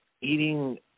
eating